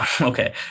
okay